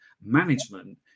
management